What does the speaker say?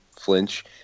flinch